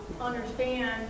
understand